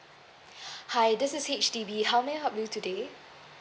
hi this is H_D_B how may I help you today